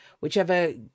whichever